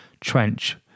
trench